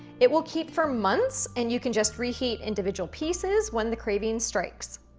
it will keep for months and you can just reheat individual pieces when the craving strikes.